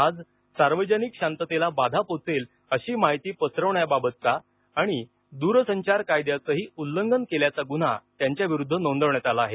आज सार्वजनिक शांततेला बाधा पोचेल अशी माहिती पसरवण्याबाबतचा आणि द्रसंचार कायद्याचंही उल्लंघन केल्याचा गुन्हा त्यांच्याविरुद्ध नोंदवण्यात आला आहे